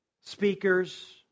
speakers